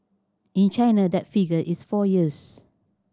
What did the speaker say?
in China that figure is four years